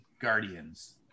Guardians